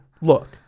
look